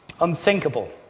Unthinkable